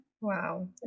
Wow